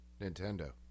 Nintendo